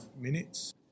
minutes